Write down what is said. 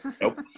Nope